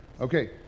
Okay